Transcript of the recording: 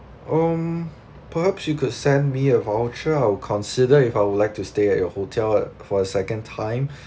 um perhaps you could send me a voucher I'll consider if I would like to stay at your hotel uh for second time